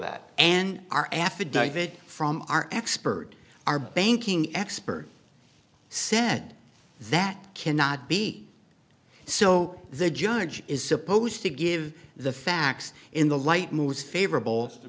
that and our affidavit from our expert our banking expert said that cannot be so the judge is supposed to give the facts in the light moves favorable to